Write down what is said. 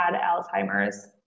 Alzheimer's